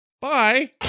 Bye